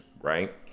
right